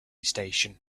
station